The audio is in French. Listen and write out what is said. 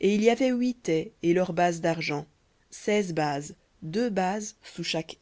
et il y avait huit ais et leurs bases d'argent seize bases deux bases sous chaque